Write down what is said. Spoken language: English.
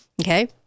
Okay